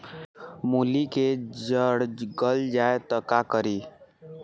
मूली के जर गल जाए त का करी?